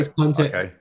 Okay